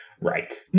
Right